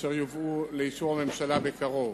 אשר יובאו לאישור הממשלה בקרוב.